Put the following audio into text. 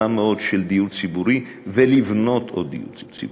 של דיור ציבורי ולבנות עוד דיור ציבורי.